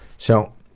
so,